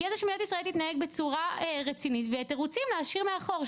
הגיע הזמן שמדינת ישראל תתנהג בצורה רצינית ואת התירוצים להשאיר מאחור,